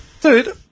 Dude